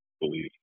believe